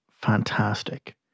fantastic